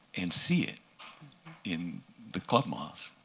and see it in the clubmoss.